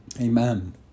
Amen